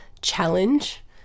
challenge